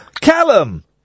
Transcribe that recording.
callum